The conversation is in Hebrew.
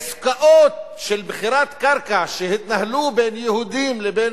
עסקאות של מכירת קרקע שהתנהלו בין יהודים לבין